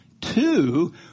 Two